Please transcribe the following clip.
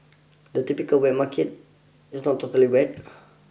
a typical wet market is not totally wet